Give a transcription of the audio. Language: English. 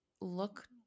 look